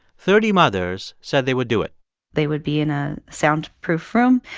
thirty mothers said they would do it they would be in a soundproof room,